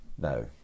No